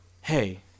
Hey